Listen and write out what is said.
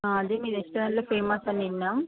అది మీ రెస్టారెంట్లో ఫేమస్ అని విన్నాం